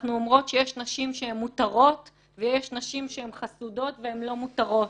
אנחנו אומרות שיש נשים שהן מותרות ויש נשים שהן חסודות והן לא מותרות.